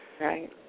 Right